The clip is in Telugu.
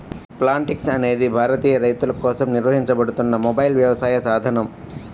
ప్లాంటిక్స్ అనేది భారతీయ రైతులకోసం నిర్వహించబడుతున్న మొబైల్ వ్యవసాయ సాధనం